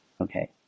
Okay